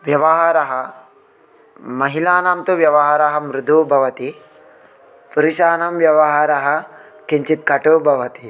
व्यवहारः महिलानां तु व्यवहारः मृदुः भवति पुरुषाणां व्यवहारः किञ्चित् कटुः भवति